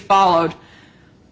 followed